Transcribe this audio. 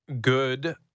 Good